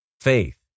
faith